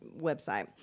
website